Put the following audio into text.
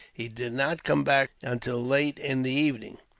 he did not come back until late in the evening.